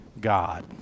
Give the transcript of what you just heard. God